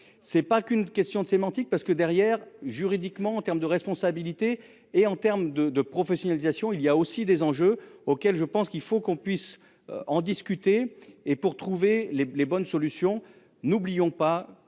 c'est pas qu'une question de sémantique parce que derrière, juridiquement en termes de responsabilité et en terme de, de professionnalisation il y a aussi des enjeux auxquels je pense qu'il faut qu'on puisse en discuter et pour trouver les bonnes solutions. N'oublions pas